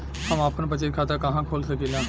हम आपन बचत खाता कहा खोल सकीला?